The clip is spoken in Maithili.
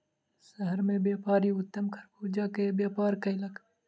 शहर मे व्यापारी उत्तम खरबूजा के व्यापार कयलक